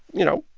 you know,